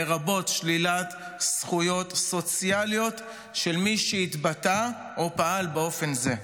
לרבות שלילת זכויות סוציאליות של מי שהתבטא או פעל באופן זה.